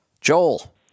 Joel